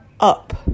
up